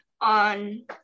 on